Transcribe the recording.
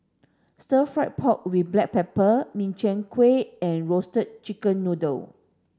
stir fry pork with black pepper Min Chiang Kueh and roasted chicken noodle